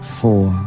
four